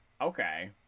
Okay